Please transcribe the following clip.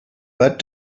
but